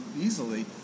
easily